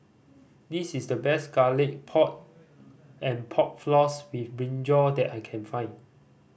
this is the best Garlic Pork and Pork Floss with brinjal that I can find